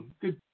Good